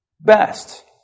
best